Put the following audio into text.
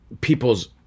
people's